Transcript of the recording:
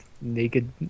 naked